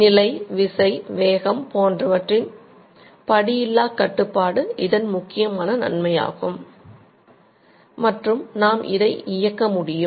நிலை விசை வேகம் போன்றவற்றின் படி இல்லா கட்டுப்பாடு இதன் முக்கிய நன்மையாகும் மற்றும் நாம் இதை இயக்க முடியும்